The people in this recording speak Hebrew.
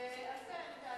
ועל זה אני אקבל